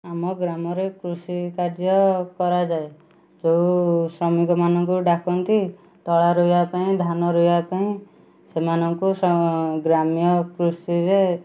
ଆମ ଗ୍ରାମରେ କୃଷିକାର୍ଯ୍ୟ କରାଯାଏ ଯେଉଁ ଶ୍ରମିକମାନଙ୍କୁ ଡାକନ୍ତି ତଳା ରୁଇଆ ପାଇଁ ଧାନ ରୁଇଆ ପାଇଁ ସେମାନଙ୍କୁ ସ ଗ୍ରାମୀୟ କୃଷିରେ